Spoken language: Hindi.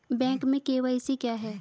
बैंक में के.वाई.सी क्या है?